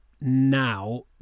now